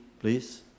please